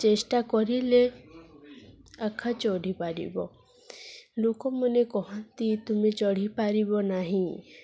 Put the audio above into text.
ଚେଷ୍ଟା କରିଲେ ଏକା ଚଢ଼ିପାରିବ ଲୋକମାନେ କୁହନ୍ତି ତୁମେ ଚଢ଼ିପାରିବ ନାହିଁ